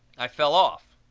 i fell off.